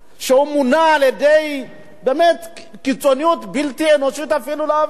שמונע על-ידי באמת קיצוניות בלתי אנושית אפילו להבין.